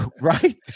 right